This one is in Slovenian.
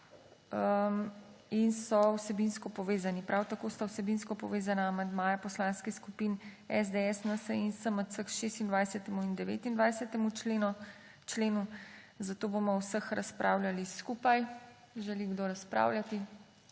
in so vsebinsko povezani, prav tako sta vsebinsko povezana amandmaja poslanskih skupin SDS, NSi in SMC k 26. in 29. členu, zato bomo o vseh razpravljali skupaj. Želi kdo razpravljati?